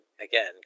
again